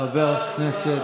חבר הכנסת